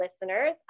listeners